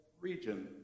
region